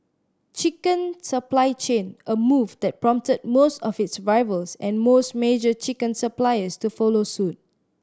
chicken supply chain a move that prompted most of its rivals and most major chicken suppliers to follow suit